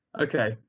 Okay